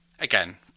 Again